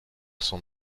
son